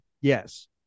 Yes